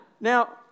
Now